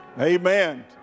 Amen